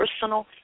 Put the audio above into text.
personal